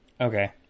Okay